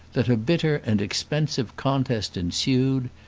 that a bitter and expensive contest ensued.